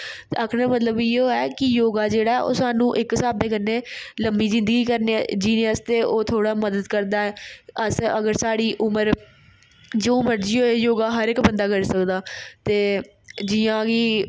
आखने दा मतलब इ'यो ऐ कि योगा जेह्ड़ा ऐ ओह् सानू इक स्हावै कन्नै लम्मी जिंदगी करने जीने आस्तै ओह् थोह्डा मदद करदा ऐ अस अगर साढ़ी उमर जो मर्जी होऐ योगा हर इक बंदा करी सकदा ते जि'यां कि